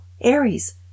Aries